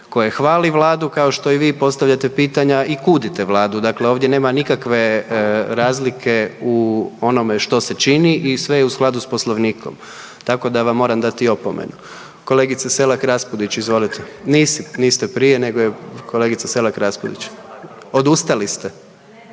koje hvali Vladu, kao što i vi postavljate pitanja i kudite Vladu, dakle ovdje nema nikakve razlike u ovome što se čini i sve je u skladu s Poslovnikom, tako da vam moram dati opomenu. Kolegice Selak Raspudić, izvolite. Niste, niste prije nego je kolegica Selak Raspudić. Odustali ste?